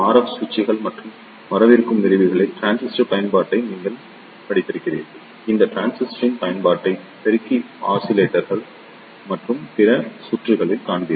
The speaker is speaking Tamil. எஃப் சுவிட்சுகள் மற்றும் வரவிருக்கும் விரிவுரைகளில் டிரான்சிஸ்டர்களின் பயன்பாட்டை நீங்கள் படித்திருக்கிறீர்கள் இந்த டிரான்சிஸ்டரின் பயன்பாட்டை பெருக்கி ஆஸிலேட்டர்கள் மற்றும் பிற சுற்றுகளில் காண்பீர்கள்